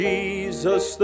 Jesus